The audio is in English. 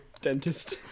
dentist